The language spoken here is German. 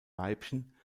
weibchen